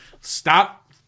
Stop